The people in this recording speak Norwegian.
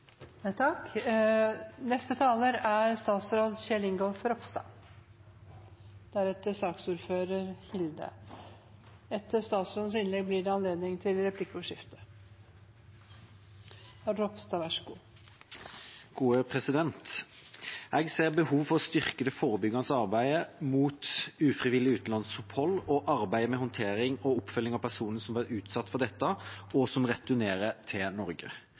Jeg ser behov for å styrke det forebyggende arbeidet mot ufrivillig utenlandsopphold og arbeidet med håndtering og oppfølging av personer som har vært utsatt for dette, og som returnerer til Norge.